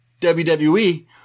WWE